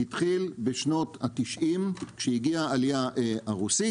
התחיל בשנות ה-90 כשהגיעה העלייה הרוסית